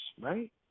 right